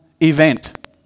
event